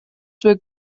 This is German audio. wir